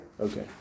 Okay